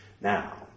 Now